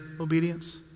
obedience